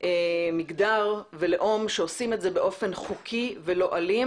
מגדר ולאום שעושים את זה באופן חוקי ולא אלים,